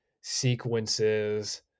sequences